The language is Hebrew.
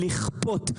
לכפות,